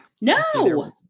No